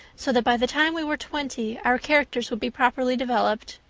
so that by the time we were twenty our characters would be properly developed.